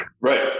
Right